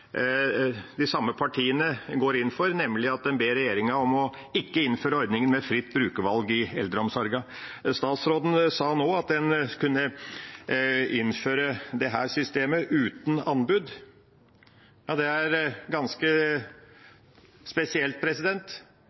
de samme partiene går inn for, nemlig at en ber regjeringa om ikke å innføre ordningen med fritt brukervalg i eldreomsorgen. Statsråden sa nå at en kunne innføre dette systemet uten anbud. Det er ganske spesielt.